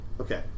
Okay